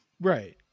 Right